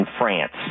france